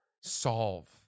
solve